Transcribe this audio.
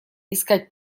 искать